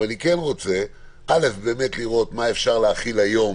אבל אני כן רוצה לראות מה אפשר להחיל היום